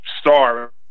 Star